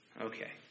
Okay